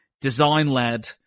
design-led